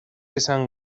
esan